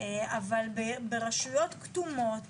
אבל ברשויות כתומות